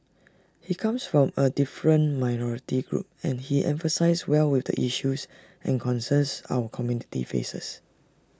he comes from A different minority group and he empathises well with the issues and concerns our community faces